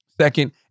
second